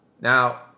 Now